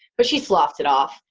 but she sloughed it off,